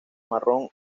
marrón